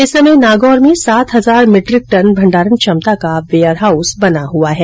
इस समय नागौर में सात हजार मिट्रिक टन भण्डारण क्षमता का वेयरहाउस बना हुआ है